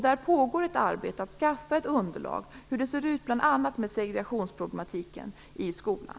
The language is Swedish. Där pågår ett arbete för att skaffa ett underlag över hur det ser ut bl.a. med segregationsproblemen i skolan.